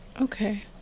Okay